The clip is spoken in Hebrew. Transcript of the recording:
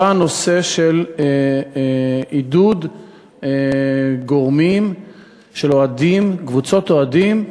בנושא של עידוד גורמים של אוהדים, קבוצות אוהדים,